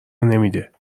نمیده